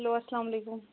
hello اسلامُ علیکُم